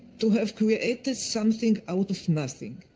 to have created something out of nothing.